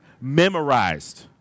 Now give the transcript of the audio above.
Memorized